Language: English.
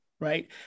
Right